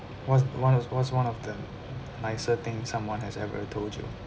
what's one what's one of the nicer thing someone has ever told you